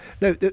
No